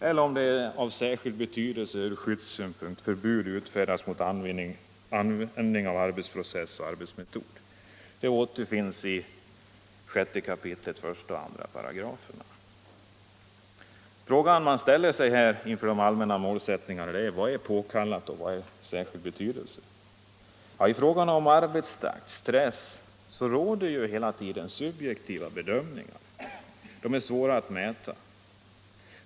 Är det av särskild betydelse Den fråga man ställer sig inför dessa allmänna målsättningar är vad som avses med ”påkallat” och ”särskild betydelse”. När det gäller arbetstakten och stressen är det ju alltid fråga om subjektiva bedömningar; det är svårt att mäta.